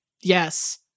yes